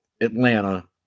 Atlanta